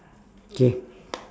K